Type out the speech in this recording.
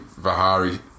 Vahari